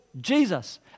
Jesus